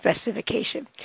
specification